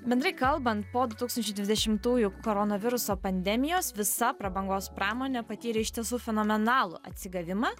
bendrai kalban po du tūkstančiai dvidešimtųjų koronaviruso pandemijos visa prabangos pramonė patyrė iš tiesų fenomenalų atsigavimą